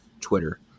Twitter